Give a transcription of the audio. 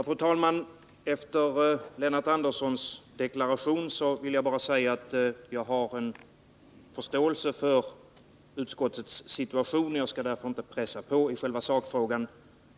Fru talman! Efter Lennart Anderssons deklaration vill jag bara säga att jag har förståelse för utskottets situation, och jag skall därför inte pressa på i själva sakfrågan.